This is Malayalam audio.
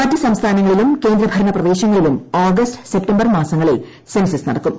മറ്റ് സംസ്ഥാനങ്ങളിലും കേന്ദ്ര ഭരണ പ്രദേശങ്ങളിലും ആഗസ്റ്റ് സെപ്റ്റംബർ മാസങ്ങളിൽ സെൻസസ് നടക്കും